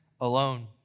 alone